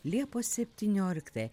liepos septynioliktą